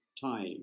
time